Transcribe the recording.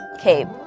cape